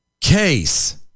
case